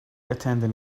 attendant